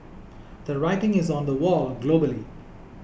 the writing is on the wall globally